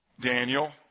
Daniel